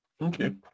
Okay